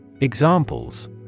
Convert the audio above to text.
Examples